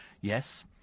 yes